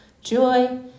joy